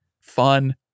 fun